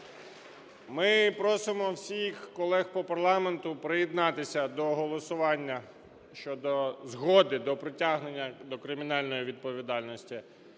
Ми просимо всіх колег по парламенту приєднатися до голосування щодо згоди до притягнення до кримінальної відповідальності